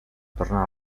tornar